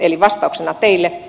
eli vastauksena teille